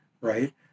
right